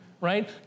Right